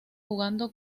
jugando